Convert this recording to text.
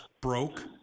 broke